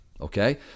okay